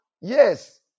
Yes